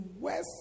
west